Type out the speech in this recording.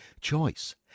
choice